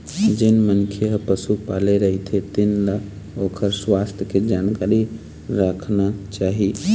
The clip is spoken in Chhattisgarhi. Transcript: जेन मनखे ह पशु पाले रहिथे तेन ल ओखर सुवास्थ के जानकारी राखना चाही